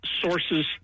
sources